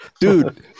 dude